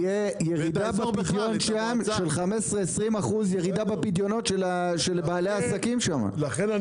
תהיה ירידה של 15%-20% בפדיונות של בעלי העסקים שם.